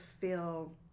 feel